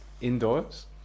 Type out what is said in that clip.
indoors